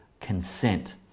consent